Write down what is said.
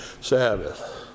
Sabbath